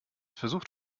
versucht